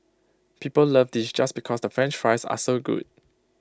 people love this just because the French fries are so good